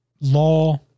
law